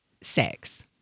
sex